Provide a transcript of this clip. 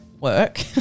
work